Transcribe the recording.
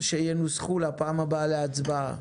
שינוסחו לקראת הדיון הבא לקראת הצבעה,